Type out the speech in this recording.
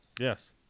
Yes